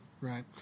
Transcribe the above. Right